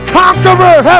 conqueror